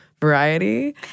variety